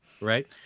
right